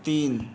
तीन